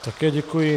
Také děkuji.